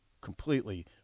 completely –